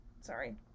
Sorry